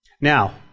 Now